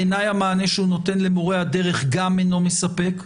בעיניי המענה שהוא נותן למורי הדרך גם אינו מספק,